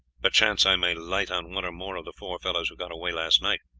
perchance i may light on one or more of the four fellows who got away last night.